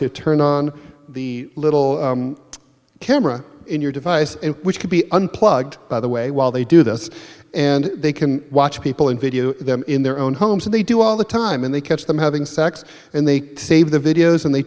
to turn on the little camera in your device which could be unplugged by the way while they do this and they can watch people and video of them in their own homes and they do all the time and they catch them having sex and they save the videos and they